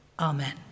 Amen